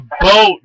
boat